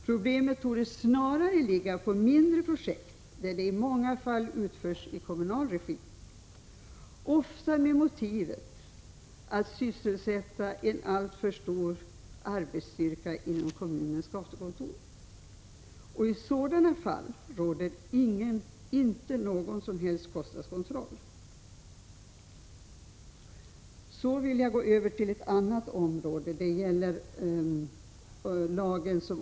Problemet torde snarare ligga på mindre projekt, som i många fall utförs i kommunal regi. Motivet härtill är ofta att sysselsätta en alltför stor arbetsstyrka inom kommunens gatukontor. I sådana fall råder inte någon som helst kostnadskontroll. Jag övergår så till lagreglerna beträffande rättegångskostnader.